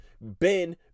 ben